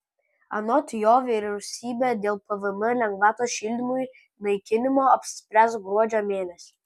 anot jo vyriausybė dėl pvm lengvatos šildymui naikinimo apsispręs gruodžio mėnesį